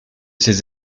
ses